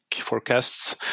forecasts